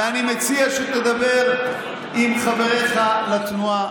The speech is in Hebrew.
ואני מציע שתדבר עם חבריך לתנועה,